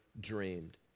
dreamed